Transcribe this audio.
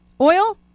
oil